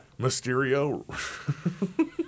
Mysterio